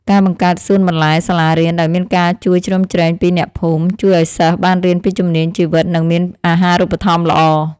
ការបង្កើតសួនបន្លែសាលារៀនដោយមានការជួយជ្រោមជ្រែងពីអ្នកភូមិ ជួយឱ្យសិស្សបានរៀនពីជំនាញជីវិតនិងមានអាហារូបត្ថម្ភល្អ។